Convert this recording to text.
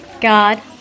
God